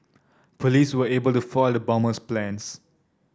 police were able to foil the bomber's plans